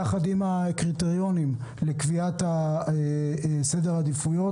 יחד עם הקריטריונים לקביעת סדרי העדיפויות.